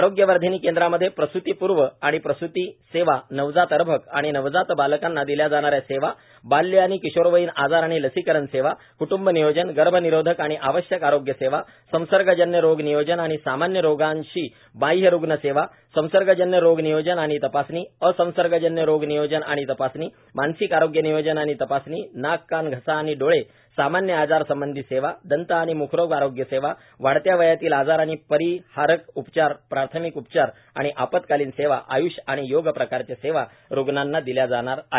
आरोग्यवर्धिनी केंद्रामध्ये प्रसृतिपूर्व आणि प्रसृती सेवा नवजात अर्भक आणि नवजात बालकांना दिल्या जाणा या सेवा बाल्य आणि किशोरवयीन आजार आणि लसीकरण सेवा क्टूंब नियोजन गर्भनिरोधक आणि आवश्यक आरोग्य सेवा संसर्गजन्य रोग नियोजन आणि सामान्य रोगांधी बाह्य रुग्ण सेवा संसर्गजन्य रोग नियोजन आणि तपासणी असंसर्गजन्य रोग नियोजन आणि तपासणी मानसिक आरोग्य नियोजन आणि तपासणी नाक कान घसा आणि डोळे सामान्य आजार संबंधी सेवा दंत आणि मुखरोग आरोग्य सेवा वाढत्या वयातील आजार आणि परिहारक उपचार प्राथमिक उपचार आणि आपत्कालीन सेवा आय्ष आणि योग प्रकारच्या सेवा रुग्णांना दिल्या जाणार आहेत